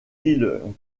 îles